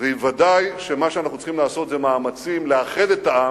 ודאי שמה שאנחנו צריכים לעשות זה מאמצים לאחד את העם,